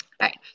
Right